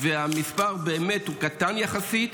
המספר הוא באמת קטן יחסית,